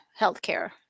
healthcare